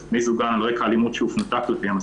בני זוגן על רקע אלימות שהופנתה כלפיהן.